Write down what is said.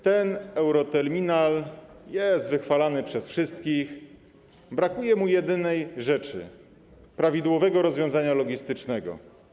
Ten euroterminal jest wychwalany przez wszystkich, brakuje mu jedynej rzeczy: prawidłowego rozwiązania logistycznego.